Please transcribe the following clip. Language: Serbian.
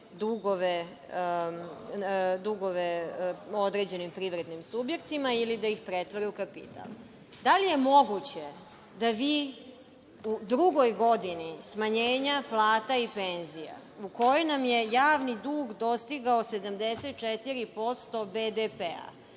dugove određenim privrednim subjektima ili da ih pretvori u kapital. Da li je moguće da vi u drugoj godini smanjenja plata i penzija, u kojoj nam je javni dug dostigao 74% BDP,